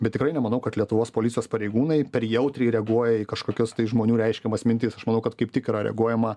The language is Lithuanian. bet tikrai nemanau kad lietuvos policijos pareigūnai per jautriai reaguoja į kažkokias tai žmonių reiškiamas mintis aš manau kad kaip tik yra reaguojama